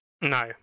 No